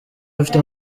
afite